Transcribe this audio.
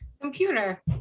computer